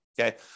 okay